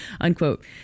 unquote